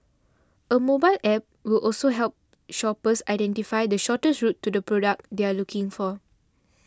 a mobile App will also help shoppers identify the shortest route to the product they are looking for